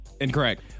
Incorrect